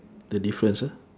the difference ah